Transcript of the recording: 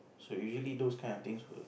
so usually those kind of things would